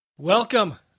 Welcome